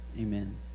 Amen